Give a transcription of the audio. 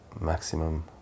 maximum